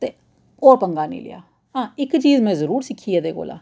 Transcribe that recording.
ते होर पंगा नेईं लेआ हां इक चीज में जरूर सिक्खी एह्दे कोला